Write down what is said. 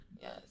Yes